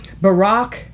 Barack